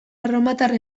erromatar